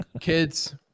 kids